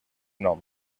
nom